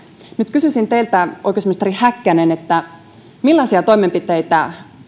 nyt kysyisin teiltä oikeusministeri häkkänen millaisia toimenpiteitä